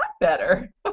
better